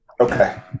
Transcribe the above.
okay